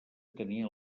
tenia